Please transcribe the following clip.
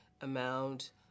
amount